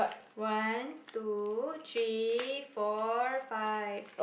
one two three four five